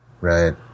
Right